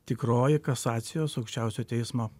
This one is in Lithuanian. tikroji kasacijos aukščiausiojo teismo